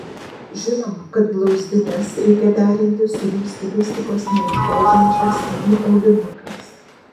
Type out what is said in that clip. žinoma kad blauzdines reikia derinti su jų stilistikos neužgožiančiais mini aulinukais